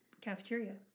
cafeteria